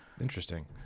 Interesting